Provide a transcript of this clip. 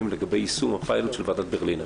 לגבי יישום הפיילוט של ועדת ברלינר.